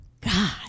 God